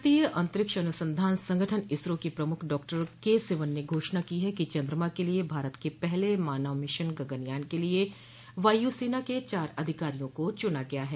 भारतीय अंतरिक्ष अनुसंधान संगठन इसरो के प्रमुख डॉक्टर के सिवन ने घोषणा की है कि चंद्रमा के लिए भारत के पहले मानव मिशन गगनयान के लिए वायुसेना के चार अधिकारियों को चुना गया है